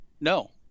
No